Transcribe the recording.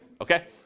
okay